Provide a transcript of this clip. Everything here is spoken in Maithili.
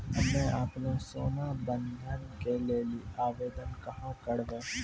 हम्मे आपनौ सोना बंधन के लेली आवेदन कहाँ करवै?